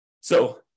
So-